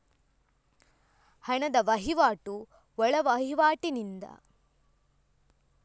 ಹಣದ ವಹಿವಾಟು ಒಳವಹಿವಾಟಿನಲ್ಲಿ ಮಾಡಿದ್ರೆ ಎಂತ ಲಾಭ ಉಂಟು?